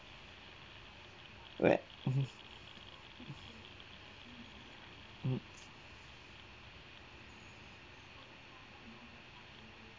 where mm mm